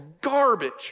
garbage